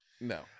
No